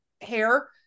hair